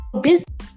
business